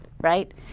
right